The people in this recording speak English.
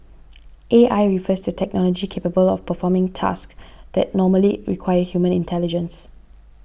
A I refers to technology capable of performing tasks that normally require human intelligence